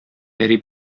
пәри